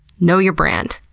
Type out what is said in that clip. know your brand.